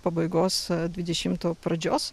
pabaigos a dvidešimto pradžios